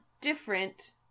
different